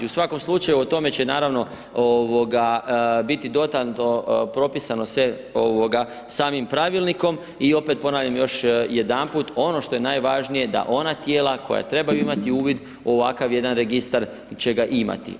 U svakom slučaju, o tome će, naravno, biti dodatno propisano sve samim Pravilnikom i opet ponavljam još jedanput, ono što je najvažnije, da ona tijela koja trebaju imati uvid u ovakav jedan registar, će ga imati.